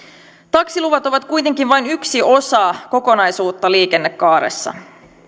taksiluvat ovat kuitenkin vain yksi osa kokonaisuutta liikennekaaressa